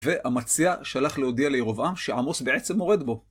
ואמציה שלח להודיע לירובעם שעמוס בעצם מורד בו.